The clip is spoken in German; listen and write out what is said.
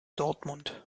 dortmund